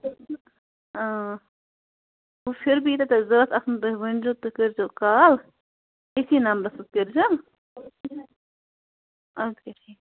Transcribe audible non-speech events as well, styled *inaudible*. پھر بھی تہٕ *unintelligible* ضوٚرَتھ آسَن تُہۍ ؤنۍزیو تُہۍ کٔرۍزیو کال ییٚتھی نمبرَس *unintelligible* کٔرۍزیو اَدٕ کیٛاہ ٹھیٖک